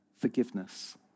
forgiveness